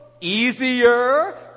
easier